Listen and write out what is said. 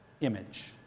image